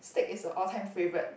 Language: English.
steak is a all time favourite